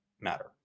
matter